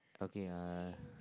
okay uh